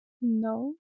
No